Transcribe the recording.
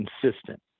consistent